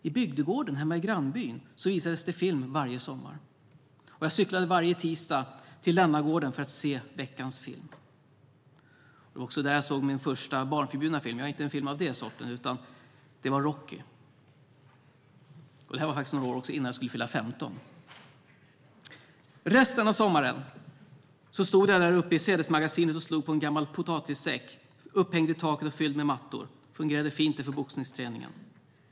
I bygdegården hemma i grannbyn visades det film varje sommar. Jag cyklade varje tisdag till Lännagården för att se veckans film. Det var också där jag såg min första barnförbjudna film, men inte av den sorten. Det var Rocky . Det var några år innan jag skulle fylla 15. Resten av sommaren stod jag där uppe i sädesmagasinet och slog på en gammal potatissäck upphängd i taket och fylld med mattor. Det fungerade fint för boxningsträningen.